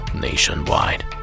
nationwide